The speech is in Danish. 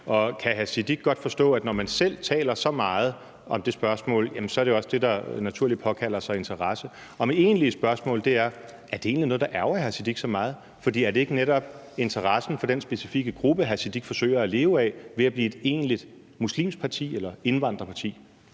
Sikandar Siddique godt forstå, at når man selv taler så meget om det spørgsmål, jamen så er det også det, der naturligt påkalder sig interesse? Og mit egentlige spørgsmål er: Er det egentlig noget, der ærgrer hr. Sikandar Siddique så meget, for er det ikke netop interessen for den specifikke gruppe, hr. Sikandar Siddique forsøger at leve af, ved at man bliver et egentligt muslimsk parti eller indvandrerparti?